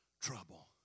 trouble